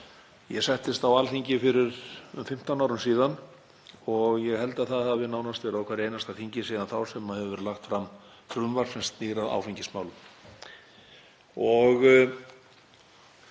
Ég settist á Alþingi fyrir um 15 árum síðan og ég held að það hafi nánast verið á hverju einasta þingi síðan þá sem lagt hefur verið fram frumvarp sem snýr að áfengismálum. Ég